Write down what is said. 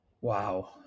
Wow